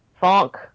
Funk